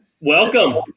Welcome